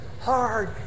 hard